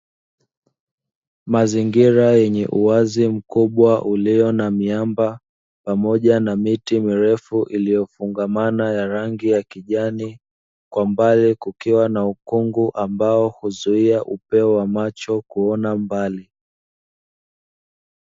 Mazingira yenye uwazi mkubwa ulio na miamba pamoja na miti mirefu iliyofungamana ya rangi ya kijani. Kwambali kukiwa na ukungu ambao huzuia upeo wa macho kuona mbali.